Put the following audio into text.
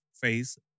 phase